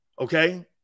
Okay